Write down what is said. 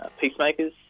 peacemakers